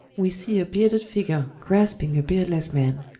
we see a bearded figure grasping a beardless man.